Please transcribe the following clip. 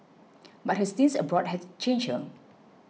but her stints abroad had changed her